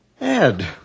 Ed